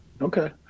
Okay